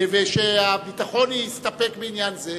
ושהביטחון יסתפק בעניין זה,